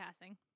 passing